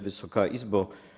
Wysoka Izbo!